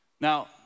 Now